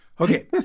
Okay